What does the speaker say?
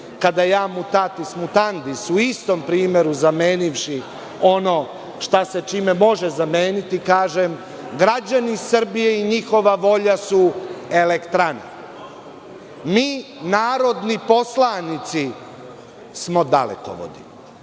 kada ja „mutatis mutandis“ u istom primeru, zamenivši ono šta se čime može zameniti, kažem – građani Srbije i njihova volja su elektrane, mi narodni poslanici smo dalekovodi,